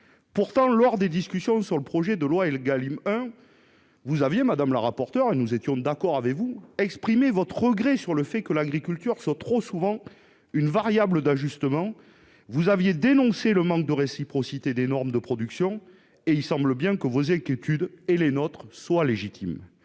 Pourtant, lors des discussions sur le projet de loi Égalim 1, madame la rapporteure, et nous étions d'accord avec vous, vous aviez exprimé votre regret que l'agriculture soit trop souvent une variable d'ajustement. Vous aviez dénoncé le manque de réciprocité des normes de production ; il semble bien que vos inquiétudes et les nôtres soient légitimes.